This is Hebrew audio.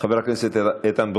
חבר הכנסת איתן ברושי,